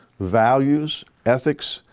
values, ethics,